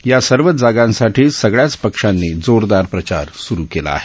या सर्वच जागांसाठी सगळ्याच पक्षांनी जोरदार प्रचार स्रू केला आहे